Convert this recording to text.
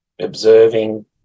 observing